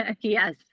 Yes